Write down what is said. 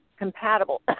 Compatible